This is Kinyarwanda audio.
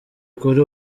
kuri